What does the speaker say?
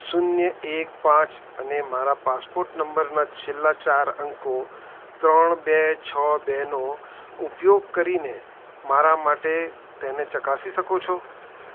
શૂન્ય એક પાંચ અને મારા પાસપોર્ટ નંબરના છેલ્લા ચાર અંકો ત્રણ બે છો બે નો ઉપયોગ કરીને મારા માટે તેને ચકાસી સકો છો